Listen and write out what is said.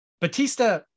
batista